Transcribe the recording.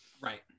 right